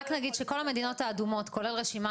רק נגיד שכל המדינות האדומות כולל רשימה